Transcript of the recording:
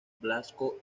blasco